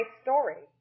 story